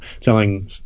telling